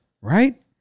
Right